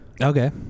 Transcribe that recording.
Okay